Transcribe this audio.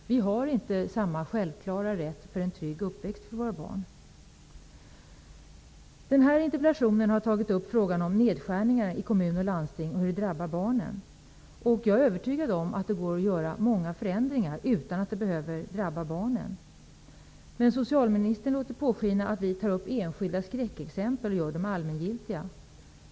Vi har inte samma självklara rätt till en trygg uppväxt för våra barn. Interpellationen har tagit upp frågan om hur nedskärningarna i kommun och landsting drabbar barnen. Jag är övertygad om att det går att göra många förändringar utan att det behöver drabba barnen. Socialministern låter påskina att vi tar upp enskilda skräckexempel och gör dem allmängiltiga.